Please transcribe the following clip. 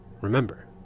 Remember